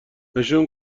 نشون